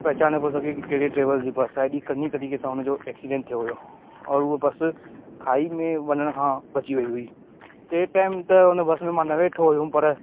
पहचाने पियो सघे की कहिड़े ट्रेविल्स जी बस आहे अहिॾी कन्नी तरीक़े सां हुनजो एक्सीडेंट थियो हुयो और हूअ बस खाई में वञण खां बची वई हुई तंहिं टाइम त उन बस में मां न वेठो हुयुमि पर